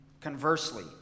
Conversely